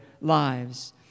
lives